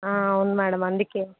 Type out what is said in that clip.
అవును మ్యాడమ్ అందుకని